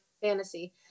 fantasy